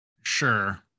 Sure